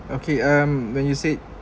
okay um when you said